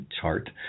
chart